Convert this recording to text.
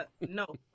no